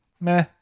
Meh